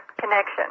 connection